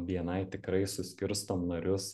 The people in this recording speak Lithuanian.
bni tikrai suskirstom narius